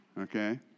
okay